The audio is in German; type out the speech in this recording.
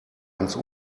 ans